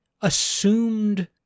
assumed